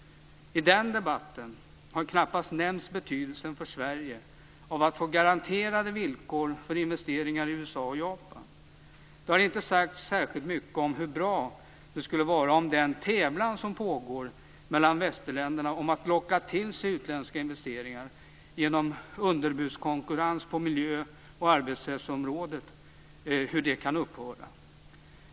I den debatten har knappast nämnts betydelsen för Sverige av att få garanterade villkor för investeringar i USA och Japan. Det har inte sagts särskilt mycket om hur bra det skulle vara om den tävlan som pågår mellan västländerna om att locka till sig utländska investeringar genom underbudskonkurrens på miljö och arbetsrättsområdet kan upphöra.